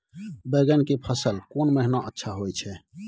बैंगन के फसल कोन महिना अच्छा होय छै?